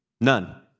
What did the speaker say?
None